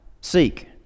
seek